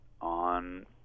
on